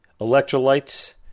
electrolytes